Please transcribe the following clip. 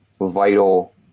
vital